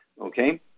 Okay